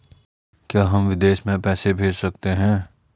क्या हम विदेश में पैसे भेज सकते हैं?